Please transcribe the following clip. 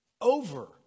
over